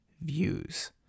views